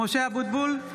(קוראת בשמות חברי הכנסת) משה אבוטבול,